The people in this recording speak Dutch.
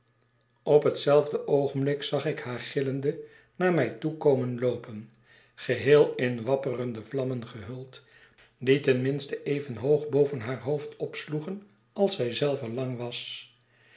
op hetzelfde oogenblik zag ik haar gillende naar mij toe komen loopen geheel in wapperende vlammen gehuld die ten minste even hoog boven haar hoofd opsloegen als zij zelve lang was